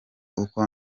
uko